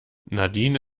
nadine